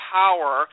power